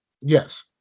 Yes